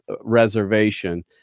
reservation